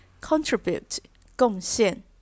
contribute,贡献